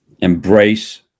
Embrace